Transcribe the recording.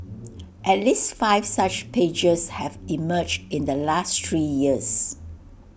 at least five such pages have emerged in the last three years